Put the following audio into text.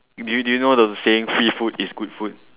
do you do you know the saying free food is good food